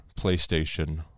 PlayStation